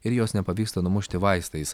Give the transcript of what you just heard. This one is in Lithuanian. ir jos nepavyksta numušti vaistais